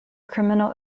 criminal